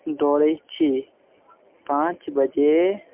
दौड़ै छी पाँच बजे